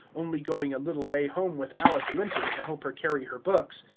only going a little way home with alice linton to help her carry her books.